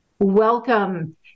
Welcome